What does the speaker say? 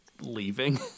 leaving